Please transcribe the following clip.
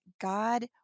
God